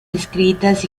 escritas